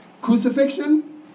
Crucifixion